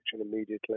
immediately